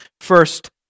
first